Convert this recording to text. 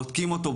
בודקים אותו,